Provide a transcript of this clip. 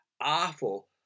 awful